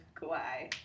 Kauai